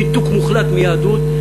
ניתוק מוחלט מיהדות,